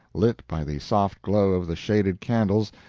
lit by the soft glow of the shaded candles,